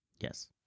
Yes